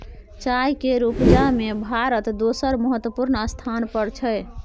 चाय केर उपजा में भारत दोसर महत्वपूर्ण स्थान पर छै